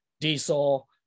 diesel